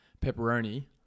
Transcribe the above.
pepperoni